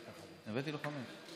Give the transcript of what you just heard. נתתי לו חמש.